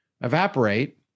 evaporate